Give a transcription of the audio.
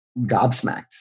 gobsmacked